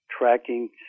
tracking